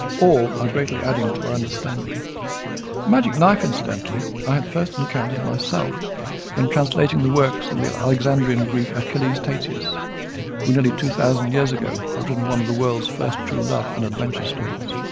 all are greatly adding to our understanding. the magic knife incidentally, i had first encountered myself when translating the works of the alexandrian greek achilles tatius who nearly two thousand years ago had written one of the world's first true love and adventure stories.